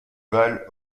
vale